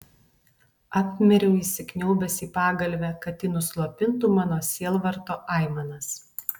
apmiriau įsikniaubęs į pagalvę kad ji nuslopintų mano sielvarto aimanas